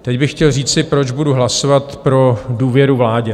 Teď bych chtěl říci, proč budu hlasovat pro důvěru vládě.